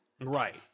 right